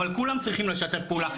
אבל כולם צריכים לשתף פעולה,